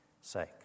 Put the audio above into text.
sake